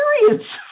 experience